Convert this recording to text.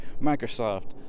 Microsoft